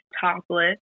topless